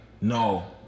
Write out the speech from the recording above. No